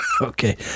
Okay